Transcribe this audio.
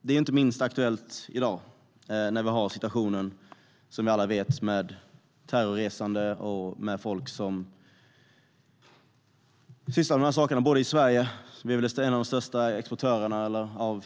Det är inte minst aktuellt i dag, när vi som vi alla vet har denna situation med terrorresande och folk som sysslar med de sakerna både i Sverige och utomlands. Vi är väl en av de största exportörerna av